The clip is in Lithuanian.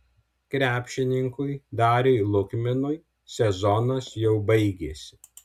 krepšininkui dariui lukminui sezonas jau baigėsi